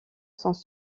sans